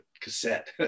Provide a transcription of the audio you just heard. cassette